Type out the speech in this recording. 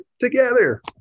together